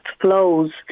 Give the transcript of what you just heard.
flows